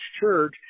church